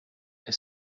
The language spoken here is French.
est